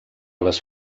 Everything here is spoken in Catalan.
les